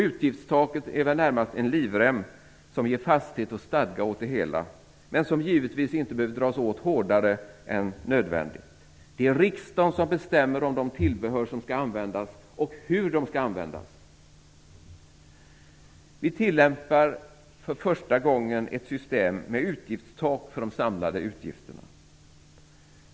Utgiftstaket är väl närmast en livrem som ger fasthet och stadga åt det hela, men som givetvis inte behöver dras åt hårdare än nödvändigt. Det är riksdagen som bestämmer om de tillbehör som skall användas och hur de skall användas. Vi tillämpar för första gången ett system med utgiftstak för de samlade utgifterna.